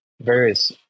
various